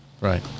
right